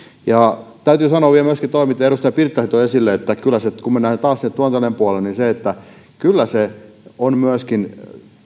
ja täytyy sanoa vielä myöskin liittyen tuohon mitä edustaja pirttilahti toi esille että kyllä kun mennään taas sinne tuotantoeläinpuolelle niin se tuotantoeläinyksikkö ne kotieläintilan rakennukset on myöskin